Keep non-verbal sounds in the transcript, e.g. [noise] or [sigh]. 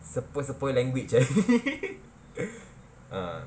sepoi-sepoi language [laughs] ah